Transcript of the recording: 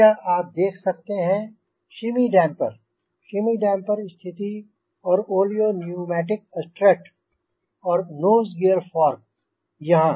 यह आप देख सकते हैं शिमी डैम्पर शिमी डैम्पर स्थिति और ओलेओ नूमैटिक स्ट्रट और नोज़ ग़ीयर फ़ोर्क यहाँ